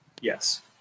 Yes